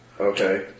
Okay